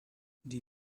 die